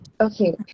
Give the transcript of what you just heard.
Okay